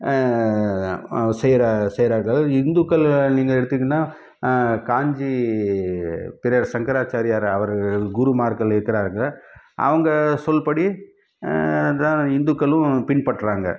செய்கிற செய்கிறார்கள் இந்துக்கள் நீங்கள் எடுத்திக்கிட்டிங்கனால் காஞ்சி பிறர் சங்கராச்சாரியார் அவர்கள் குருமார்கள் இருக்கிறார்கள் அவங்க சொல்படி அதான் இந்துக்களும் பின்பற்றுறாங்க